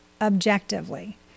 objectively